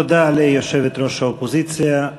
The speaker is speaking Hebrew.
תודה ליושבת-ראש האופוזיציה.